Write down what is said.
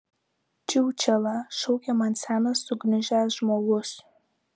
čiūčela šaukia man senas sugniužęs žmogus